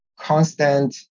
constant